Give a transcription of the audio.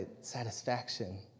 satisfaction